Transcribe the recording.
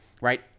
right